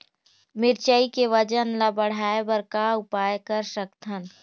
मिरचई के वजन ला बढ़ाएं बर का उपाय कर सकथन?